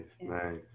nice